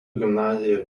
gimnaziją